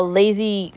lazy